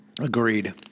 Agreed